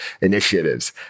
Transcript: initiatives